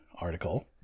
article